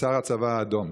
שר הצבא האדום.